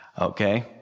Okay